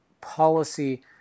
policy